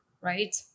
right